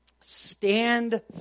Stand